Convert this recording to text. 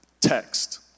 text